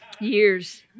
Years